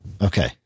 okay